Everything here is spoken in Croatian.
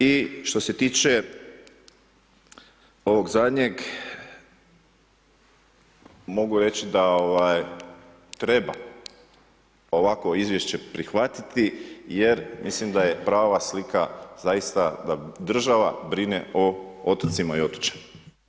I što se tiče ovog zadnjeg mogu reći da treba ovakvo izvješće prihvatiti, jer mislim da je prava slika zaista da država brine o otocima i otočanima.